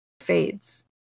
fades